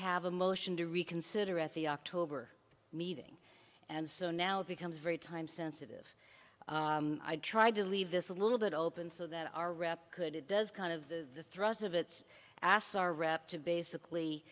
have a motion to reconsider at the october meeting and so now becomes very time sensitive i tried to leave this a little bit open so that our rep could it does kind of the thrust of its assets are rep to basically